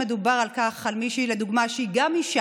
כשמדובר לדוגמה על מישהי שהיא גם אישה,